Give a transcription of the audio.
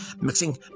mixing